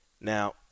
Now